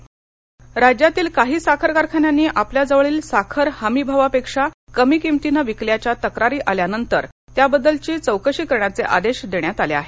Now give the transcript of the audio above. साखर सोमणी केळकर राज्यातील काही साखर कारखान्यांनी आपल्याजवळील साखर हमी भावापेक्षा कमी किंमतीने विकल्याच्या तक्रारी आल्यानंतर त्याबद्दलची चौकशी करण्याचे आदेश देण्यात आले आहेत